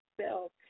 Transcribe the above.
self